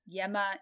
Yema